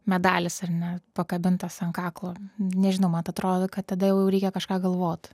medalis ar ne pakabintas ant kaklo nežinau man tai atrodo kad tada jau reikia kažką galvot